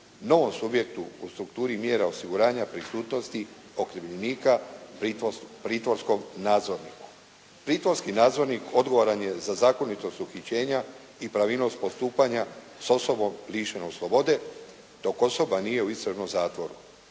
novom subjektu u strukturi mjera osiguranja, prisutnosti okrivljenika pritvorskom nadzorniku. Pritvorski nadzornik odgovoran je za zakonitost uhićenja i pravilnost postupanja s osobom lišenom slobode dok osoba nije u istražnom zatvoru.